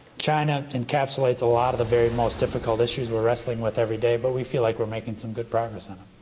china encapsulates a lot of the very most difficult issues we're wrestling with every day, but we feel like we're making some good progress on them.